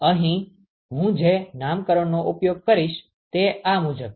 અહીં હું જે નામકરણનો ઉપયોગ કરીશ તે આ મુજબ છે